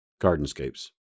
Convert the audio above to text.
Gardenscapes